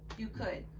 you could.